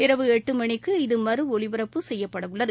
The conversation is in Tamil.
இரவு எட்டு மணிக்கு இது மறு ஒலிபரப்பு செய்யப்படவுள்ளது